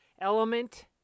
element